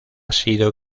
sido